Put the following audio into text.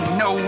no